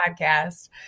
podcast